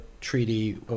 treaty